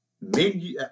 menu